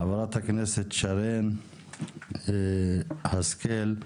חה"כ שרן מרים השכל,